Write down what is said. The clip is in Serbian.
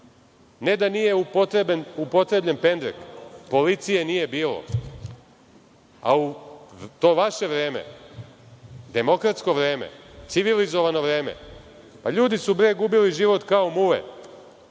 Ne da nije upotrebljen pendrek, policije nije bilo.U to vaše vreme, demokratsko vreme, civilizovano vreme, pa ljudi su bre gubili život kao muve,